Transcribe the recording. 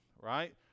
right